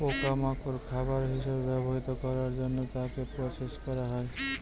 পোকা মাকড় খাবার হিসেবে ব্যবহার করার জন্য তাকে প্রসেস করা হয়